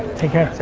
take care.